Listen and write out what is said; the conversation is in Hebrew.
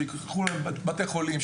שילכו לבתי חולים,